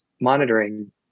monitoring